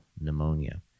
pneumonia